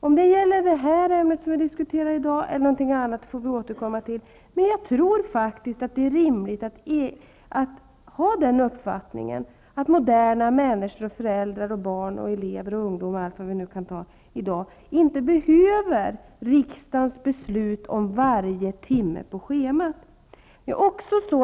Om det gäller det ämne som vi nu diskuterar eller något annat får vi återkomma till, men jag tror att det är rimligt att ha den uppfattningen att moderna människor -- föräldrar, barn och ungdomar -- inte behöver riksdagens beslut om varje timme på schemat.